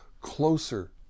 closer